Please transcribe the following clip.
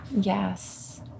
Yes